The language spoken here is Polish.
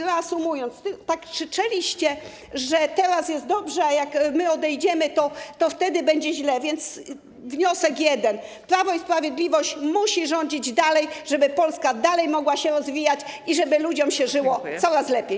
Reasumując: krzyczeliście, że teraz jest dobrze, a jak odejdziemy, to będzie źle, więc wniosek jeden: Prawo i Sprawiedliwość musi rządzić dalej, żeby Polska dalej mogła się rozwijać i żeby ludziom żyło się coraz lepiej.